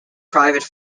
private